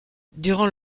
durant